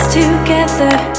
Together